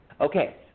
Okay